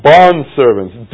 Bondservants